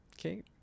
okay